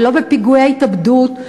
ולא בפיגועי התאבדות,